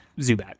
Zubat